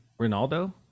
Ronaldo